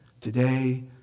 today